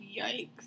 Yikes